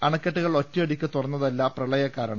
അണക്കെട്ടുകൾ ഒറ്റയ ടിക്ക് തുറന്നതല്ല പ്രളയകാരണം